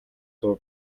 дуу